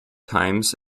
times